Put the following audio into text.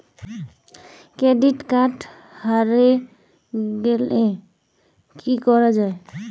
Credit card হারে গেলে কি করা য়ায়?